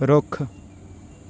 ਰੁੱਖ